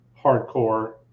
hardcore